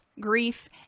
grief